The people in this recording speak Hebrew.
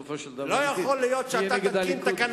בסופו של דבר יהיה נגד הליכוד,